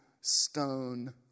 Stone